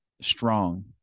strong